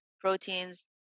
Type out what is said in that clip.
proteins